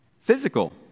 Physical